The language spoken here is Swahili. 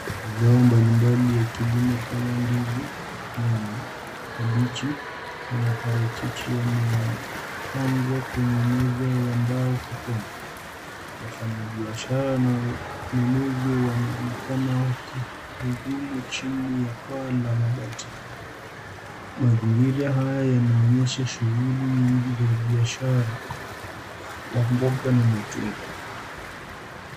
Bidhaa mbalimbali ya kilimo kama ndizi na kabeji na maparachichi yamepangwa kwenye meza ya mbao sokoni. Wafanyabiashara wanaonekana wakihudumu chini ya paa la mabati. Mazingira haya yanaonyesha shughuli nyingi za biashara ya mboga na matunda.